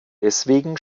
deswegen